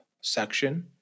section